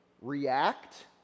react